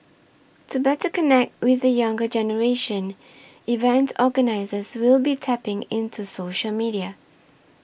to better connect with the younger generation event organisers will be tapping into social media